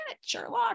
Sherlock